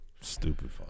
stupid